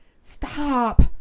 stop